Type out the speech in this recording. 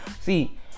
See